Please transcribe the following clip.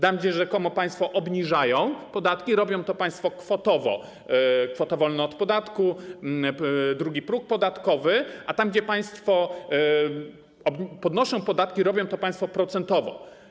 Tam gdzie rzekomo państwo obniżają podatki, robią to państwo kwotowo: kwota wolna od podatku, drugi próg podatkowy, a tam gdzie państwo podnoszą podatki, robią to państwo procentowo.